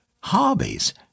hobbies